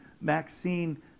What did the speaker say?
Maxine